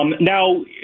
Now